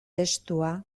testua